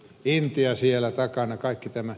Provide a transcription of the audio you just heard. intia siellä takana kaikki tämä